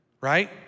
right